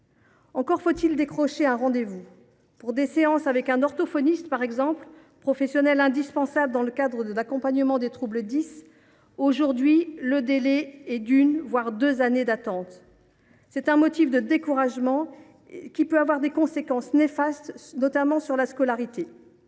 Encore faut il décrocher un rendez vous ! Ainsi, pour suivre des séances avec un orthophoniste, professionnel indispensable dans le cadre de l’accompagnement des troubles « dys », le délai est aujourd’hui d’une à deux années d’attente. C’est un motif de découragement, qui peut avoir des conséquences néfastes, notamment sur la scolarité.